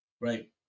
right